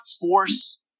force